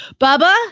Bubba